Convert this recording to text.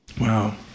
wow